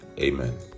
Amen